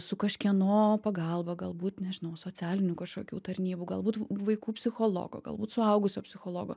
su kažkieno pagalba galbūt nežinau socialinių kažkokių tarnybų galbūt vaikų psichologo galbūt suaugusio psichologo